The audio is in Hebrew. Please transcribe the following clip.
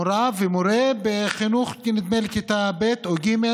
מוֹרָה ומוֹרֶה בחינוך, נדמה לי בכיתה ב' או ג',